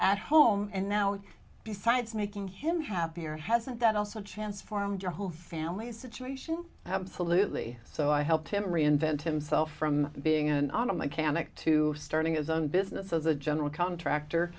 at home and now besides making him happier hasn't that also chance for your whole family situation absolutely so i helped him reinvent himself from being an auto mechanic to starting his own business as a general contractor